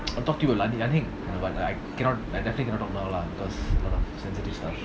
I'll talk to you lah I think I think but uh I cannot I definitely cannot talk now lah because you know sensitive stuff